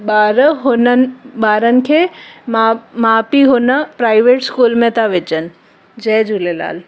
ॿार हुननि ॿारनि खे मा माउ पीउ हुन प्राइवेट स्कूल में था विझनि जय झूलेलाल